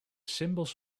symbols